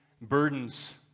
burdens